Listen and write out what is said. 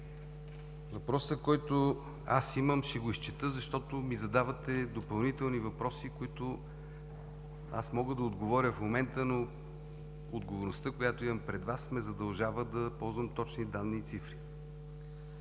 Въпросът, който имам, ще го изчета, защото ми задавате допълнителни въпроси, на които мога да отговоря в момента, но отговорността, която имам пред Вас, ме задължава да ползвам точни данни и цифри.